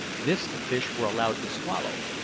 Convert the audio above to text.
this the fish were allowed to swallow,